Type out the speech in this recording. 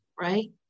right